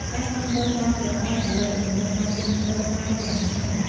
ការជួញដូរតាម ប្រព័ន្ធអេឡិចត្រូនិក បានរីកដុះដាលយ៉ាងខ្លាំង។